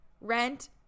Rent